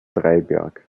dreiberg